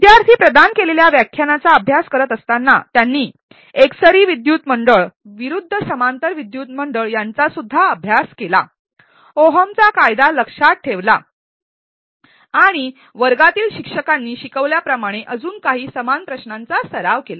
विद्यार्थी प्रदान केलेल्या व्याख्यानाचा अभ्यास करत असताना त्यांनी एकसरी विद्युत मंडळ विरुद्ध समांतर विद्युत मंडळ यांचासुद्धा अभ्यास केला ओहमचा कायदा लक्षात ठेवला आणि वर्गातील शिक्षकांनी शिकवल्या प्रमाणे अजून काही समान प्रश्नांचा सराव केला